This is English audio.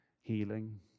healing